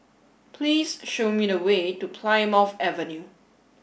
please show me the way to Plymouth Avenue